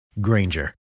Granger